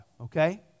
okay